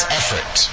effort